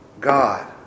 God